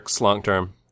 long-term